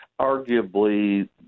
arguably